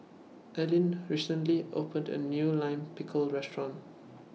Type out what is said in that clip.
Aline recently opened A New Lime Pickle Restaurant